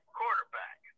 quarterback